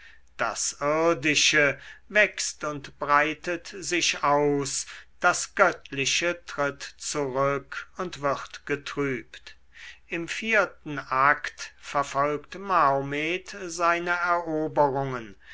das irdische wächst und breitet sich aus das göttliche tritt zurück und wird getrübt im vierten akte verfolgt mahomet seine eroberungen